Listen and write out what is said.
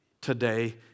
Today